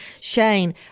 Shane